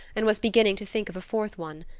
and was beginning to think of a fourth one.